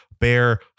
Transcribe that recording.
bear